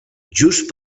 just